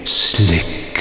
slick